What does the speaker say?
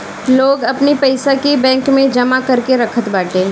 लोग अपनी पईसा के बैंक में जमा करके रखत बाटे